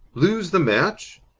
lose the match?